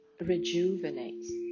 rejuvenates